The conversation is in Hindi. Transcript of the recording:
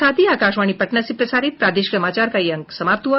इसके साथ ही आकाशवाणी पटना से प्रसारित प्रादेशिक समाचार का ये अंक समाप्त हुआ